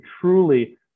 truly